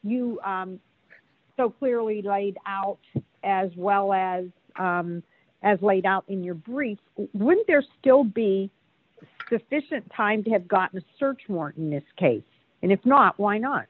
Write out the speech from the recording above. so clearly laid out as well as as laid out in your brief would there still be sufficient time to have gotten a search warrant in this case and if not why not